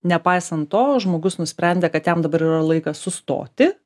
nepaisant to žmogus nusprendė kad jam dabar yra laikas sustoti